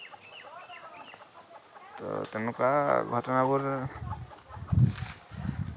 ত' তেনেকুৱা ঘটনাবোৰ